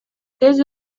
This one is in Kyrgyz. тез